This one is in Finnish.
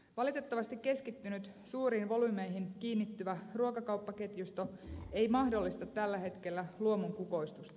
valitettavasti keskittynyt suuriin volyymeihin kiinnittyvä ruokakauppaketjusto ei mahdollista tällä hetkellä luomun kukoistusta